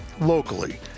locally